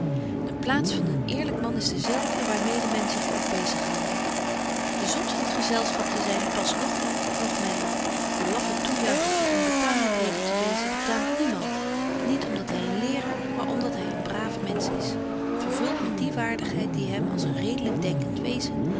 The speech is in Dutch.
de plaats van eerlyk man is dezelfde waar mede men zich ook bezig houde de zot van t gezelschap te zyn past noch u noch my de laffe toejuicher van onbetaamlykheden te wezen betaamt niemand niet om dat hy een leeraar maar om dat hy een braaf mensch is vervult met die waardigheid die hem als een redelyk denkent wezen